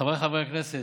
חבריי חברי הכנסת,